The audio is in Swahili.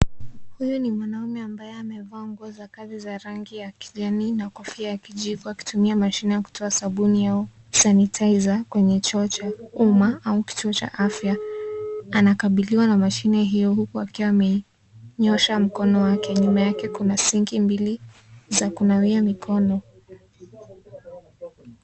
Huyu ni mwanaume ambaye amevaa nguo za kazi za rangi ya kijani na kofia ya kijivu akitumia mashine ya kutoa sabuni au sanitizer kwenye choo cha uma au kituo cha afya . Anakabiliwa na mashine hiyo huku akiwa amenyosha mkono wake , nyuma yake kuna sinki mbili za kunawia mikono.